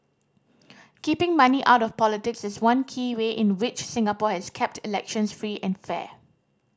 keeping money out of politics is one key way in which Singapore has kept elections free and fair